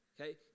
Okay